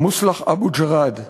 מוסלח אבו ג'ראד,